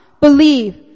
believe